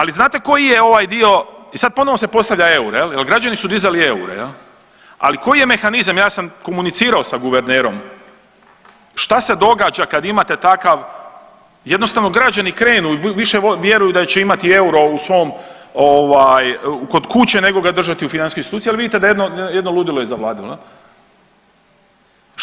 Ali znate koji je ovaj dio i sad ponovo se postavlja eur jel jer građani su dizali eure jel, ali koji je mehanizam, ja sam komunicirao sa guvernerom, šta se događa kad imate takav, jednostavno građani krenu, više vjeruju da će imati euro u svom ovaj, kod kuće nego ga držati u financijskoj instituciji, ali vidite da jedno, jedno ludilo je zavladalo jel.